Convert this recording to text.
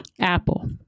Apple